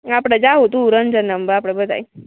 આપળે જાહુ તું રંજનને આમ આપળે બધાય